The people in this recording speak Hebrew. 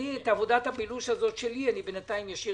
את עבודת הבילוש הזאת שלי בינתיים אשאיר